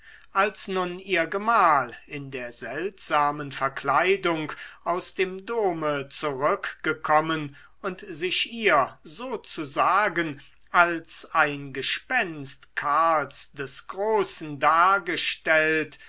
als nun ihr gemahl in der seltsamen verkleidung aus dem dome zurückgekommen und sich ihr sozusagen als ein gespenst karls des großen dargestellt